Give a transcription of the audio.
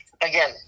again